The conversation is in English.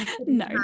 no